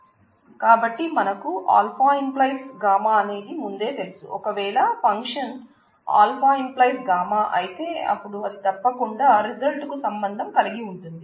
కాబట్టి మనకు α→γ అనేది ముందే తెలుసు ఒకవేళ ఫంక్షన్ α→γ అయితే అపుడు అది తప్పకుండా రిజల్ట్ కు సంబంధం కలిగి ఉంటుంది